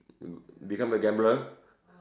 become a gambler